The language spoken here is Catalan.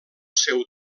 seu